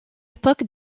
époque